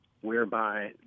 whereby